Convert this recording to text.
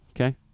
Okay